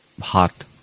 hot